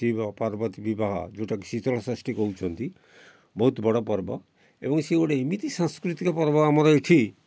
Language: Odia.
ଶିବ ପାର୍ବତୀ ବିବାହ ଯେଉଁଟାକି ଶୀତଳଷଷ୍ଠୀ କହୁଛନ୍ତି ବହୁତ ବଡ଼ ପର୍ବ ଏବଂ ସିଏ ଗୋଟେ ଏମିତି ସାଂସ୍କୃତିକ ପର୍ବ ଆମର ଏଠି